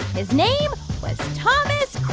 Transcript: his name was thomas.